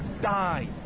die